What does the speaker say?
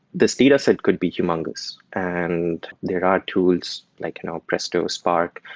this dataset could be humungous and there are tools, like and presto, spark,